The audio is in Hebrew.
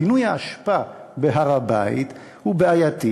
פינוי האשפה בהר-הבית הוא בעייתי,